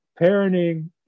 parenting